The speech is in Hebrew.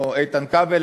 או איתן כבל,